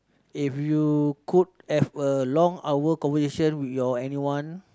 if you could have a long hour conversation with your anyone